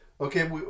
okay